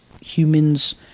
humans